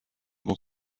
dont